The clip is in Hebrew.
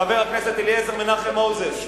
חבר הכנסת אליעזר מנחם מוזס,